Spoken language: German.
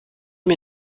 mir